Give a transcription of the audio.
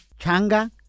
Changa